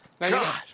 God